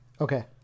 Okay